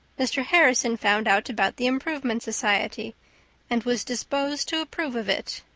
mr. harrison found out about the improvement society and was disposed to approve of it.